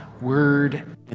word